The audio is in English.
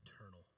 eternal